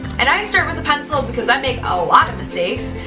and i start with pencil because i make a lot of mistakes,